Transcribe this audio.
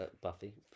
Buffy